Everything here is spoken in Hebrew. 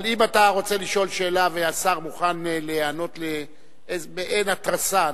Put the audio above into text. אבל אם אתה רוצה לשאול שאלה והשר מוכן להיענות למעין התרסה,